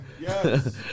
Yes